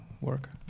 work